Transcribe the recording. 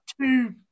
two